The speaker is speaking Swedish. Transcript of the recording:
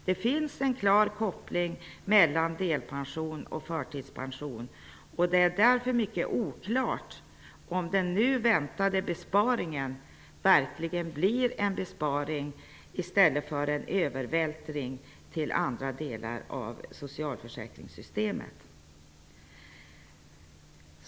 Det finns en klar koppling mellan delpension och förtidspension, och det är därför mycket oklart om den nu väntade besparingen verkligen blir en besparing i stället för en övervältring till andra delar av socialförsäkringssystemet.